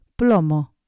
Plomo